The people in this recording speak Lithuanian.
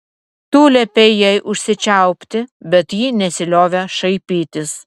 tu liepei jai užsičiaupti bet ji nesiliovė šaipytis